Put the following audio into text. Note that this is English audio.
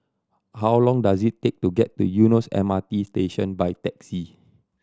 how long does it take to get to Eunos M R T Station by taxi